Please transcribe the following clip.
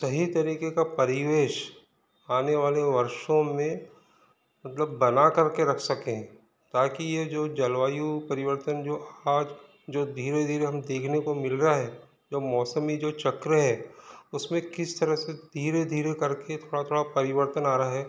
सही तरीके का परिवेश आने वाले वर्षों में मतलब बना करके रख सके ताकि ये जो जलवायु परिवर्तन जो आज जो धीरे धीरे हम देखने को मिल रहा है जो मौसमी जो चक्र है उस पर किस तरह से धीरे धीरे करके थोड़ा थोड़ा परिवर्तन आ रहा है